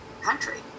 country